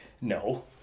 No